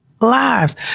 lives